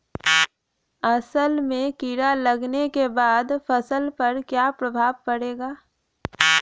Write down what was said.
असल में कीड़ा लगने के बाद फसल पर क्या प्रभाव पड़ेगा?